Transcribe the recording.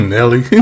Nelly